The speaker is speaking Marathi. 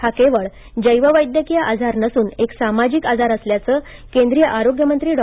हा केवळ जैववैद्यकीय आजार नसून एक सामाजिक आजार असल्याचं केंद्रीय आरोग्यमंत्री डॉ